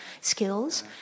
skills